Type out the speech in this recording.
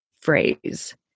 phrase